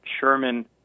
Sherman